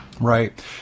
right